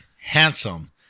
handsome